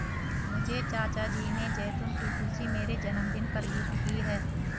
मुझे चाचा जी ने जैतून की कुर्सी मेरे जन्मदिन पर गिफ्ट की है